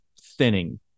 thinning